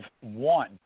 one